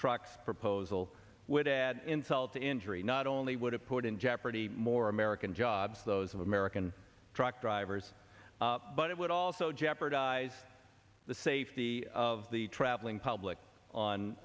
trucks proposal would add insult to injury not only would have put in jeopardy more american jobs those american truck drivers but it would also jeopardize the safety of the traveling public on